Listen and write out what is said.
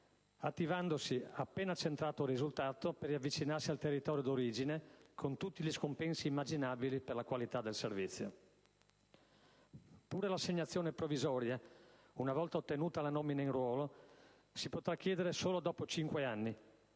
attivandosi, appena centrato il risultato, per riavvicinarsi al territorio d'origine, con tutti gli scompensi immaginabili per la qualità del servizio. Pure l'assegnazione provvisoria, una volta ottenuta la nomina in ruolo, si potrà chiedere solo dopo 5 anni,